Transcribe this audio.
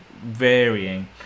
varying